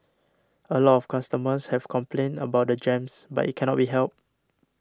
a lot of customers have complained about the jams but it cannot be helped